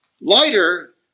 lighter